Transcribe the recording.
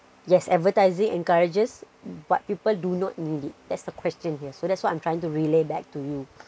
yes advertising encourages but people do not need it that's the question here so that's what I'm trying to relay back to you